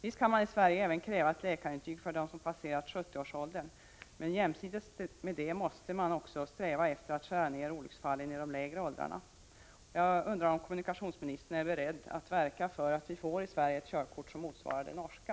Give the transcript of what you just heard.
Visst kan man även i Sverige kräva ett läkarintyg för dem som passerat 70 års ålder, men jämsides med det måste man också sträva efter att skära ner olycksfallen i de lägre åldrarna. Jag undrar om kommunikationsministern är beredd att verka för att vi i Sverige får ett körkort som motsvarar det norska.